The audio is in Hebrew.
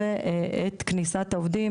וכמובן ביסוס של כניסה של עובדים